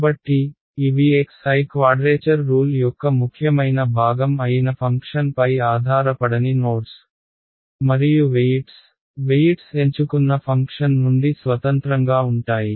కాబట్టి ఇవి xi quadrature rule యొక్క ముఖ్యమైన భాగం అయిన ఫంక్షన్ పై ఆధారపడని నోడ్స్ మరియు వెయిట్స్ వెయిట్స్ ఎంచుకున్న ఫంక్షన్ నుండి స్వతంత్రంగా ఉంటాయి